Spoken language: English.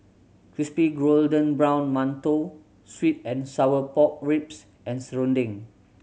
crispy golden brown mantou sweet and sour pork ribs and serunding